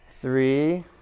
three